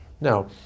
Now